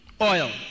oil